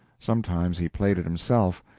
sometimes he played it himself,